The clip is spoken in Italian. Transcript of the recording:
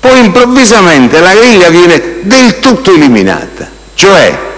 Poi, improvvisamente, la griglia viene del tutto eliminata. Cioè,